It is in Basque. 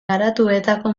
garatuetako